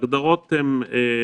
וכמו שאמרתי,